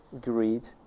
greed